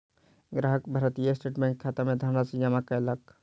ग्राहक भारतीय स्टेट बैंकक खाता मे धनराशि जमा कयलक